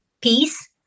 Peace